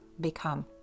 become